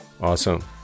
Awesome